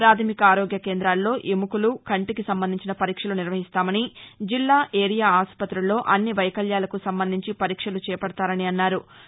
పాధమిక ఆరోగ్య కేంద్రాల్లో ఎముకలు కంటికి సంబంధించిన పరీక్షలు నిర్వహిస్తామని జిల్లా ఏరియా ఆసుపుతుల్లో అన్ని వైకల్యాలకు సంబంధించి పరీక్షలు చేపడతారని అన్నారు